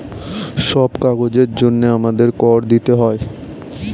সব কাজের জন্যে আমাদের কর দিতে হয়